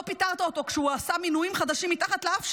לא פיטרת אותו כשהוא עשה מינויים חדשים מתחת לאף שלנו.